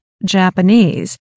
Japanese